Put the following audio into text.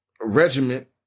Regiment